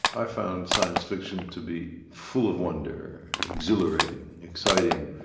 i found science-fiction to be full of wonder, exhilarating, exciting,